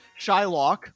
Shylock